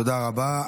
תודה רבה.